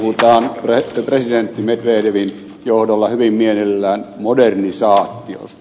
venäjällä puhutaan presidentti medvedevin johdolla hyvin mielellään modernisaatiosta